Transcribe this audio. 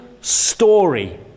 story